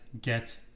get